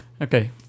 Okay